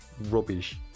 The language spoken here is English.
rubbish